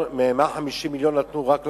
150 מיליון ש"ח נוספים נתנו רק לאחרונה.